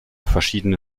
verschiedene